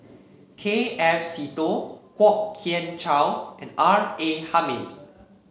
K F Seetoh Kwok Kian Chow and R A Hamid